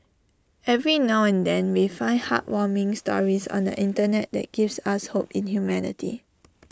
every now and then we find heartwarming stories on the Internet that gives us hope in humanity